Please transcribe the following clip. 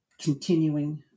continuing